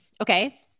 Okay